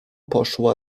poszła